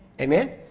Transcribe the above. Amen